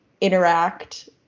interact